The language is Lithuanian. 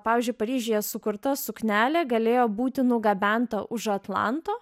pavyzdžiui paryžiuje sukurta suknelė galėjo būti nugabenta už atlanto